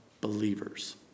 believers